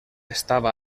estava